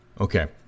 Okay